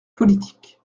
politique